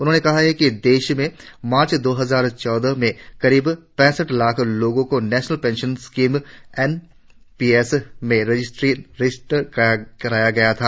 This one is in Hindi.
उन्होंने कहा कि देश में मार्च दौ हजार चौदह में करीब पैसठ लाख लोगों को national pension scheme N P S में रजिस्टर्ड किया था